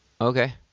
okay